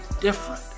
different